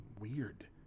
weird